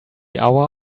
hour